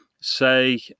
say